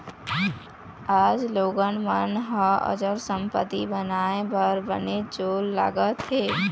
आज लोगन मन ह अचल संपत्ति बनाए बर बनेच जोर लगात हें